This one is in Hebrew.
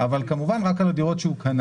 אבל הוא יודע מראש שהוא נכנס להתחייבות שהוא חייב.